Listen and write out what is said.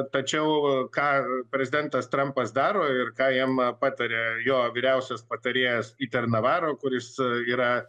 tačiau ką prezidentas trampas daro ir ką jam pataria jo vyriausias patarėjas piter navaro kuris yra